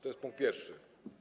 To jest punkt pierwszy.